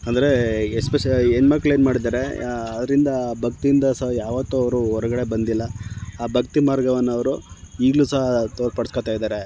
ಅಂದರೆ ಎಸ್ಪೆಶ ಈ ಹೆಣ್ಣು ಮಕ್ಳು ಏನು ಮಾಡಿದ್ದಾರೆ ಅವರಿಂದ ಭಕ್ತಿಯಿಂದ ಸಹ ಯಾವತ್ತು ಅವರು ಹೊರ್ಗಡೆ ಬಂದಿಲ್ಲ ಆ ಭಕ್ತಿ ಮಾರ್ಗವನ್ನು ಅವರು ಈಗಲು ಸಹ ತೋರ್ಪಡ್ಸ್ಕೊಳ್ತಾ ಇದ್ದಾರೆ